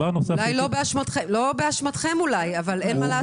אולי לא באשמתכם, אבל אין מה לעשות.